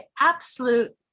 absolute